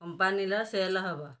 କମ୍ପାନୀର ସେଲ୍ ହବ